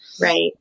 Right